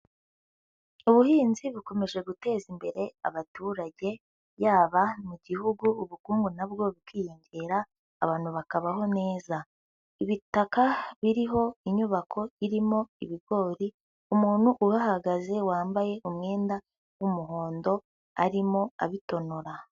Ubuhinzi bukomeje guteza imbere abaturage yaba mu gihugu ubukungu na bwo bukiyongera abantu bakabaho neza, ibitaka biriho inyubako irimo ibigori umuntu uhahagaze wambaye umwenda w'umuhondo arimo abitonora.